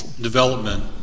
development